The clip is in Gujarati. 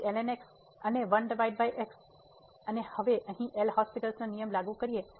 તેથી lnx અને 1x અને હવે અહીં એલહોસ્પિટલL'hospital'sનો નિયમ લાગુ કરો